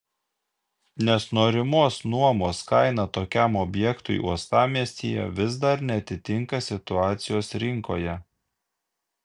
nes norimos nuomos kaina tokiam objektui uostamiestyje vis dar neatitinka situacijos rinkoje